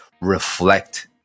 reflect